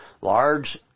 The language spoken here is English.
large